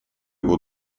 его